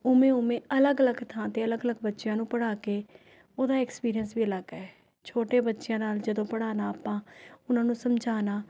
ਉਵੇਂ ਉਵੇਂ ਅਲੱਗ ਅਲੱਗ ਥਾਂ 'ਤੇ ਅਲੱਗ ਅਲੱਗ ਬੱਚਿਆਂ ਨੂੰ ਪੜ੍ਹਾ ਕੇ ਉਹਦਾ ਐਕਸਪੀਰੀਅਨਸ ਵੀ ਅਲੱਗ ਹੈ ਛੋਟੇ ਬੱਚਿਆਂ ਨਾਲ ਜਦੋਂ ਪੜ੍ਹਾਉਣਾ ਆਪਾਂ ਉਹਨਾਂ ਨੂੰ ਸਮਝਾਉਣਾ